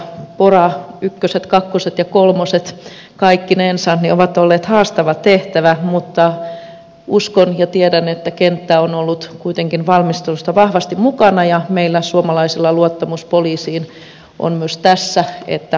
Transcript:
pora ykköset kakkoset ja kolmoset kaikkinensa ovat olleet haastava tehtävä mutta uskon ja tiedän että kenttä on ollut kuitenkin valmisteluissa vahvasti mukana ja meillä suomalaisilla luottamus poliisiin on myös tässä että hommat hoituvat